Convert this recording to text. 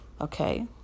okay